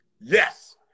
Yes